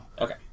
Okay